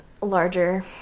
larger